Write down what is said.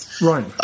Right